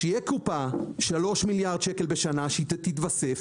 3 מיליארד שקל בשנה, שתיתוסף.